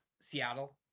seattle